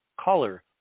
color